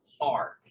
hard